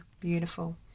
Beautiful